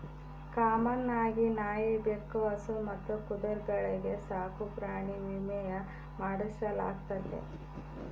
common ಆಗಿ ನಾಯಿ, ಬೆಕ್ಕು, ಹಸು ಮತ್ತು ಕುದುರೆಗಳ್ಗೆ ಸಾಕುಪ್ರಾಣಿ ವಿಮೇನ ಮಾಡಿಸಲಾಗ್ತತೆ